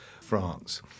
France